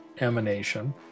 emanation